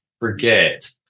Forget